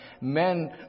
men